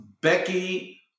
Becky